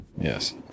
Yes